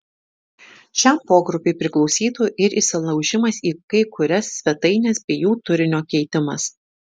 šiam pogrupiui priklausytų ir įsilaužimas į kai kurias svetaines bei jų turinio keitimas